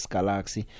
Galaxy